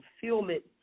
fulfillment